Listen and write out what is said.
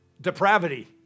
depravity